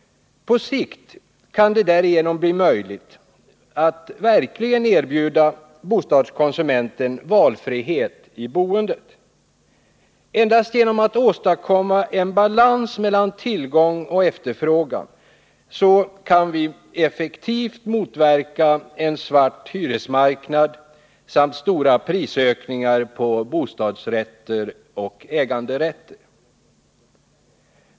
På sikt kan det därigenom bli möjligt att verkligen erbjuda bostadskonsumenten valfrihet i boendet. Endast genom att åstadkomma balans mellan tillgång och efterfrågan kan vi effektivt motverka en svart hyresmarknad samt stora prisökningar på bostadsrätter och äganderätter.